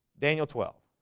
daniel twelve